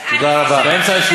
תודה רבה.